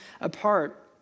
apart